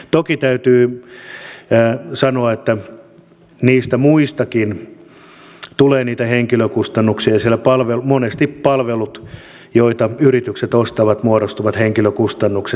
toki täytyy sanoa että niistä muistakin tulee niitä henkilökustannuksia sillä monesti palveluista joita yritykset ostavat muodostuu henkilökustannuksia